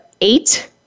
eight